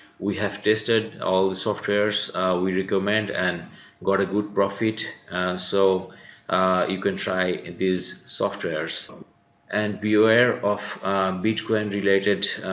we have tested all the software's we recommend and got a good profit so you can try and these softwares and be aware of bitcoin related